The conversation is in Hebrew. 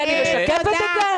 כי אני משקפת את זה?